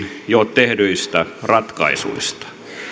jo tehdyistä ratkaisuista